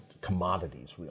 commodities